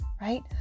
Right